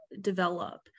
develop